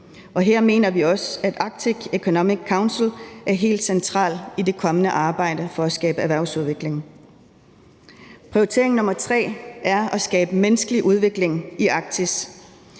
Her mener vi også, at Arctic Economic Council er helt central i det kommende arbejde for at skabe erhvervsudvikling. Prioritering nr. 3 er at skabe menneskelig udvikling i Arktis.